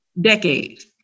decades